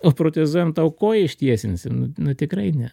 nuprotezuojam tau koją ištiesinsim nu nu tikrai ne